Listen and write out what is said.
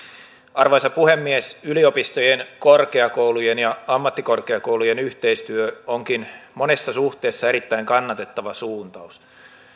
arvoisa puhemies yliopistojen korkeakoulujen ja ammattikorkeakoulujen yhteistyö onkin monessa suhteessa erittäin kannatettava suuntaus